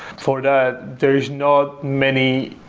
for that, there is not many,